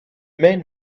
men